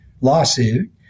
lawsuit